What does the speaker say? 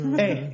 hey